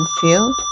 feel